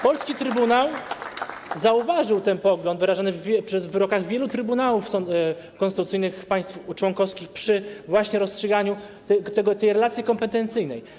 Polski Trybunał zauważył ten pogląd wyrażany w wyrokach wielu trybunałów konstytucyjnych państw członkowskich przy rozstrzyganiu tej relacji kompetencyjnej.